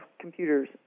computers